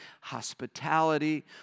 hospitality